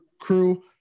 crew